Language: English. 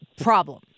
problem